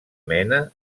mena